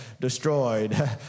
destroyed